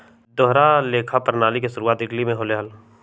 दोहरा लेखा प्रणाली के शुरुआती इटली में होले हल